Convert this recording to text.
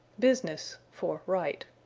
business for right.